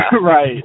Right